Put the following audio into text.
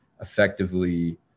effectively